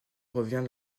revient